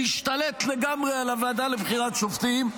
להשתלט לגמרי על הוועדה לבחירת שופטים,